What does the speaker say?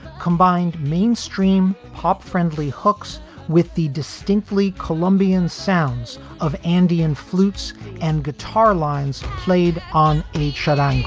combined mainstream pop friendly hooks with the distinctly colombian sounds of andean flutes and guitar lines played on a shallow yeah